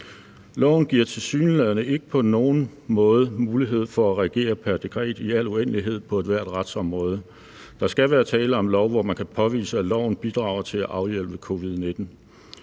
Loven giver tilsyneladende ikke på nogen måde mulighed for at regere pr. dekret i al uendelighed på ethvert retsområde. Der skal være tale om en lov, hvor man kan påvise, at loven bidrager til at afhjælpe covid-19.